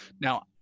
Now